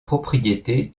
propriétés